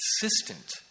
consistent